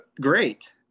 Great